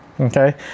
Okay